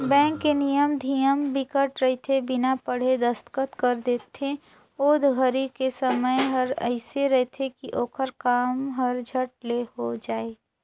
bank के नियम धियम बिकट रहिथे बिना पढ़े दस्खत कर देथे ओ घरी के समय हर एइसे रहथे की ओखर काम हर झट ले हो जाये